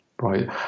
right